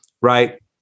right